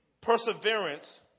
perseverance